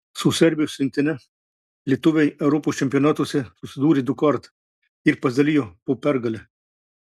su serbijos rinktine lietuviai europos čempionatuose susidūrė dukart ir pasidalijo po pergalę